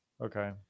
Okay